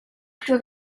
plus